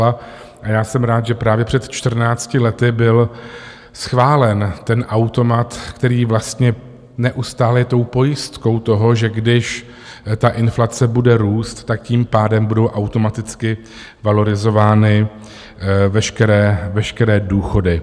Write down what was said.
A já jsem rád, že právě před čtrnácti lety byl schválen ten automat, který vlastně neustále je pojistkou toho, že když inflace bude růst, tak tím pádem budou automaticky valorizovány veškeré důchody.